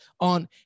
on